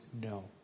No